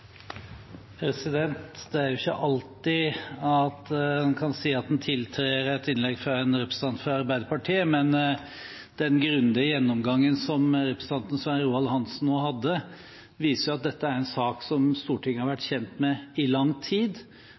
ikke alltid man kan si at man tiltrer et innlegg fra en representant fra Arbeiderpartiet, men den grundige gjennomgangen som representanten Svein Roald Hansen nå hadde, viser jo at dette er en sak som Stortinget har vært kjent med i lang tid.